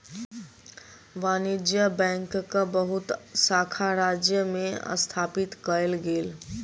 वाणिज्य बैंकक बहुत शाखा राज्य में स्थापित कएल गेल